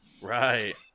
Right